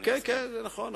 נכון,